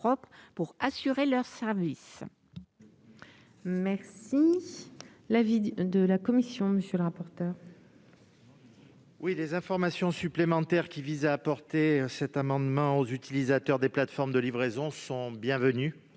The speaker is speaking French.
pour assurer leur service.